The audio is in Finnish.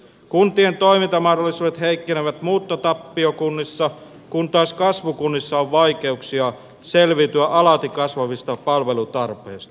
kuntien toimintamahdollisuudet heikkenevät muuttotappiokunnissa kun taas kasvukunnissa on vaikeuksia selviytyä alati kasvavista palvelutarpeista